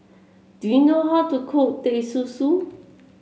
do you know how to cook Teh Susu